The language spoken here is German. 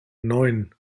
neun